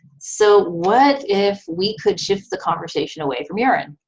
so what if we could shift the conversation away from urine?